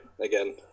again